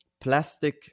plastic